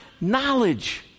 knowledge